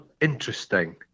interesting